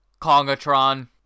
Kongatron